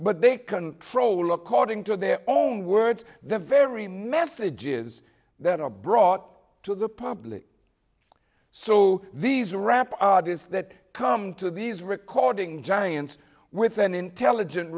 but they control according to their own words the very messages that are brought to the public so these rap artists that come to these recording giant with an intelligent